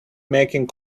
making